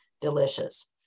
delicious